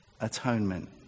Atonement